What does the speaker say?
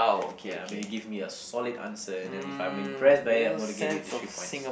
ya maybe give me a solid answer and then if I'm impressed by it I'm gonna give it three points